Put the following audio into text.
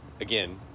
again